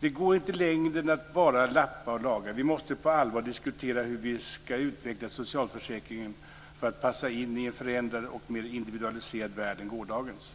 Det går inte längre att bara lappa och laga. Vi måste på allvar diskutera hur vi ska utveckla socialförsäkringen för att passa in i en förändrad och mer individualiserad värld än gårdagens.